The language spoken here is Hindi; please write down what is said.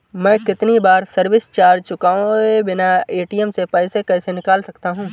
मैं कितनी बार सर्विस चार्ज चुकाए बिना ए.टी.एम से पैसे निकाल सकता हूं?